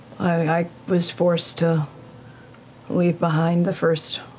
i was forced to leave behind the first